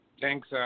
Thanks